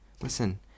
listen